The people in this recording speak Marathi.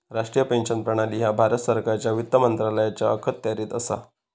राष्ट्रीय पेन्शन प्रणाली ह्या भारत सरकारच्या वित्त मंत्रालयाच्या अखत्यारीत असा